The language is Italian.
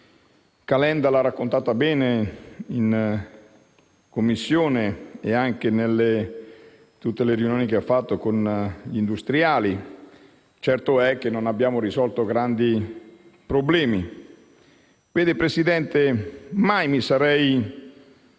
Calenda l'ha raccontata bene in Commissione e anche in tutte le riunioni che ha fatto con gli industriali: certo è che non abbiamo risolto grandi problemi. Signor Presidente, mai avrei